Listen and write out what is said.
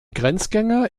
grenzgänger